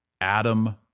Adam